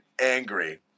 angry